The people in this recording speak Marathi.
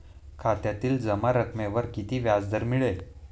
खात्यातील जमा रकमेवर किती व्याजदर मिळेल?